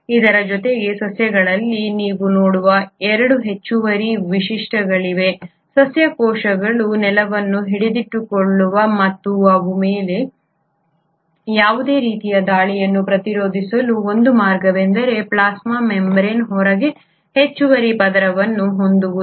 ಇದರ ಜೊತೆಗೆ ಸಸ್ಯಗಳಲ್ಲಿ ನೀವು ನೋಡುವ 2 ಹೆಚ್ಚುವರಿ ವೈಶಿಷ್ಟ್ಯಗಳಿವೆ ಸಸ್ಯ ಕೋಶಗಳು ನೆಲವನ್ನು ಹಿಡಿದಿಟ್ಟುಕೊಳ್ಳುವ ಮತ್ತು ಅವುಗಳ ಮೇಲೆ ಯಾವುದೇ ರೀತಿಯ ದಾಳಿಯನ್ನು ಪ್ರತಿರೋಧಿಸುವ ಒಂದು ಮಾರ್ಗವೆಂದರೆ ಪ್ಲಾಸ್ಮಾ ಮೆಂಬರೇನ್ ಹೊರಗೆ ಹೆಚ್ಚುವರಿ ಪದರವನ್ನು ಹೊಂದುವುದು